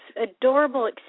adorable